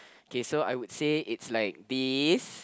okay so I would say it's like this